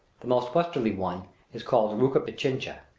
the most westerly one is called rucu-pichincha,